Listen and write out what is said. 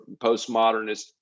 postmodernist